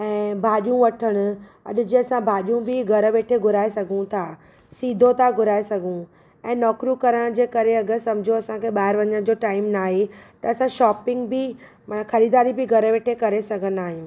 ऐं भाॼियूं वठण अॼु जीअं असां भाॼियूं बि घरु वेठे घुराए सघूं था सीदो त घुराई सघू ऐं नौकिरियूं करण जे करे अगरि समुझो असांखे ॿाहिरि वञण जो टाइम नाहे त असां शॉपिंग बि ख़रीदारी बि घरु वेठे करे सघंदा आहियूं